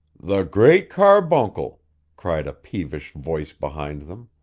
the great carbuncle cried a peevish voice behind them.